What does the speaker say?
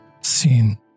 seen